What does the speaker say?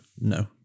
no